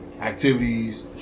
activities